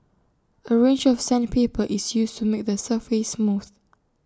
A range of sandpaper is used to make the surface smooth